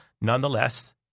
Nonetheless